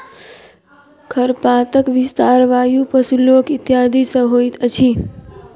खरपातक विस्तार वायु, पशु, लोक इत्यादि सॅ होइत अछि